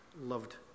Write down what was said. loved